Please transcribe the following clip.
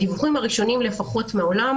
מהדיווחים הראשונים מהעולם,